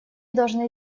должны